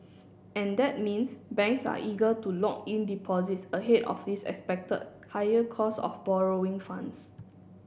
and that means banks are eager to lock in deposits ahead of this expected higher cost of borrowing funds